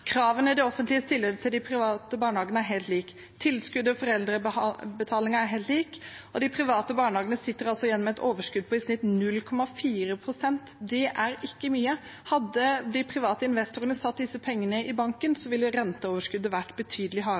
til de private barnehagene, er helt like kravene til de offentlige og ideelle, og tilskudd og foreldrebetaling er helt likt. De private barnehagene sitter igjen med et overskudd på i snitt 0,4 pst. Det er ikke mye. Hadde de private investorene satt disse pengene i banken, ville renteoverskuddet vært betydelig